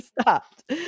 stopped